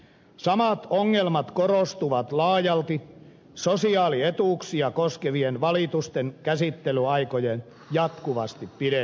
samat ongelmat korostuvat laajalti sosiaalietuuksia koskevien valitusten käsittelyaikojen jatkuvasti pidentyessä